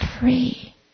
free